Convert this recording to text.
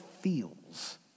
feels